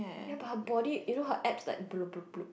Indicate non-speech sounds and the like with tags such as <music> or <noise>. ya but her body you know her abs like <noise>